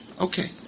Okay